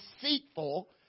deceitful